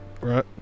right